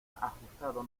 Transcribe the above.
ajustado